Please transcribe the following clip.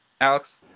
Alex